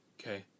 Okay